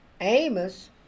Amos